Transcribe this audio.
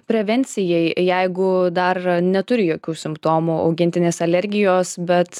prevencijai jeigu dar neturi jokių simptomų augintinis alergijos bet